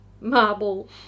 marble